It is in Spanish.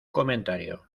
comentario